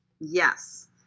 Yes